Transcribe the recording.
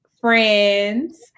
friends